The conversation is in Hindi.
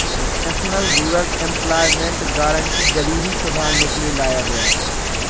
नेशनल रूरल एम्प्लॉयमेंट गारंटी गरीबी सुधारने के लिए लाया गया था